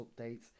updates